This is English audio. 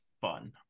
fun